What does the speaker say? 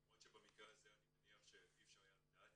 למרות שבמקרה הזה אני מניח שאי אפשר היה לדעת,